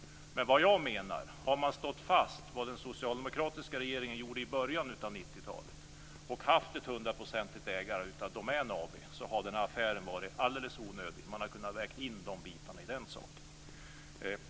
Vad jag menar är att om man stått fast, som den socialdemokratiska regeringen gjorde på 1990-talet, och haft ett hundraprocentigt ägande av Assi Domän AB hade den här affären varit alldeles onödig. Man kunde ha vägt in de här bitarna.